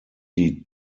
die